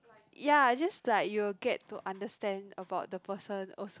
ya just like you will get to understand about the person also